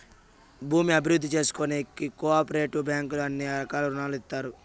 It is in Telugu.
భూమి అభివృద్ధి చేసుకోనీకి కో ఆపరేటివ్ బ్యాంకుల్లో అన్ని రకాల రుణాలు ఇత్తారు